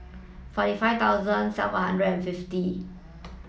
forty five thousand seven hundred and fifty